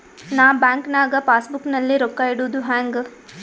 ನಾ ಬ್ಯಾಂಕ್ ನಾಗ passbook ನಲ್ಲಿ ರೊಕ್ಕ ಇಡುದು ಹ್ಯಾಂಗ್?